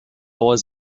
was